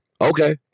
Okay